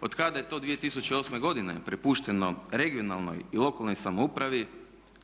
Od kada je to 2008. godine prepušteno regionalnoj i lokalnoj samoupravi